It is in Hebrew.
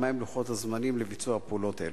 3. מה הם לוחות הזמנים לביצוע פעולות אלו?